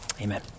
amen